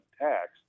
tax